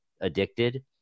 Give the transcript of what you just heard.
addicted